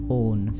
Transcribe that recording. own